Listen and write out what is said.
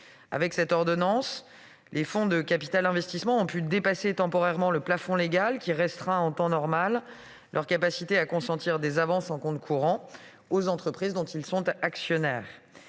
avec cette ordonnance, les fonds de capital investissement ont pu dépasser temporairement le plafond légal qui restreint, en temps normal, leur capacité à consentir des avances en compte courant aux entreprises dont ils sont actionnaires.